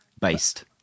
based